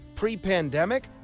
Pre-pandemic